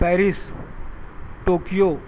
Paris Tokyo